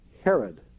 Herod